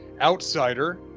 outsider